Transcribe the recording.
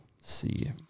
see